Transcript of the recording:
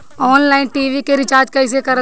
Online TV के recharge कईसे करल जाला?